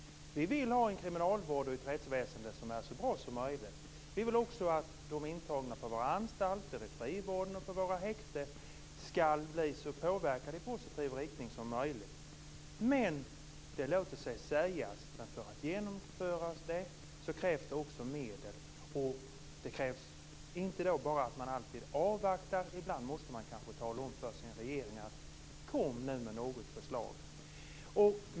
Vi vill ha en kriminalvård och ett rättsväsende som är så bra som möjligt. Vi vill också att de intagna på våra anstalter, i frivården och på våra häkten skall bli påverkade i så positiv riktning som möjligt. Det låter sig sägas, men för att genomföra det krävs det också medel och det krävs att man inte alltid avvaktar. Ibland måste man kanske säga till sin regering: Kom nu med något förslag!